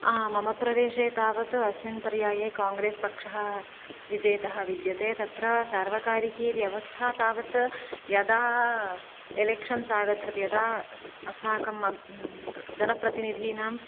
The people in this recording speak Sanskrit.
मम प्रदेशे तावत् अस्मिन् पर्याये काङ्ग्रेस् पक्षः विजेता विद्यते तत्र सार्वकारिकी व्यवस्था तावत् यदा एलेक्षन्स् आगच्छति यदा अस्माकं जनप्रतिनिधीनाम्